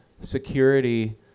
security